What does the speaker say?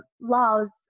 laws